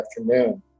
afternoon